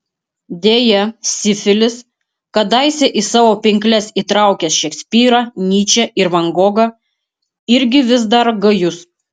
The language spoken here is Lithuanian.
deja sifilis kadaise į savo pinkles įtraukęs šekspyrą nyčę ir van gogą irgi vis dar gajus